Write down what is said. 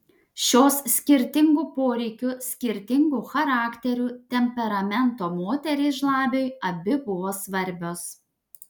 šios skirtingų poreikių skirtingų charakterių temperamento moterys žlabiui abi buvo svarbios